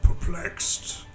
perplexed